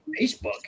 Facebook